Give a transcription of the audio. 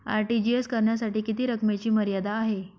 RTGS करण्यासाठी किती रकमेची मर्यादा आहे?